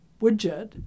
widget